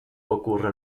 ocurra